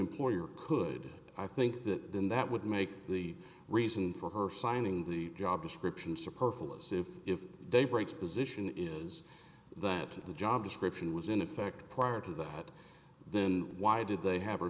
employer could i think that then that would make the reason for her signing the job description superfluous if if they break position is that the job description was in effect prior to that then why did they have